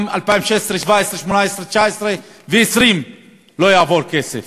גם ב-2016, 2017, 2018, 2019 ו-2020 לא יעבור כסף.